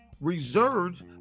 reserved